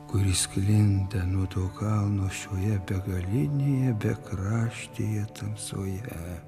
kuri sklinda nuo to kalno šioje begalinėje bekraštėje tamsoje